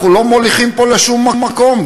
אנחנו לא מוליכים פה לשום מקום,